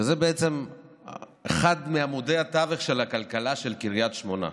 שזה בעצם אחד מעמודי התווך של הכלכלה של קריית שמונה.